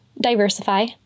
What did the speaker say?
diversify